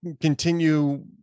continue